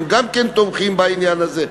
גם היא תומכת בעניין הזה.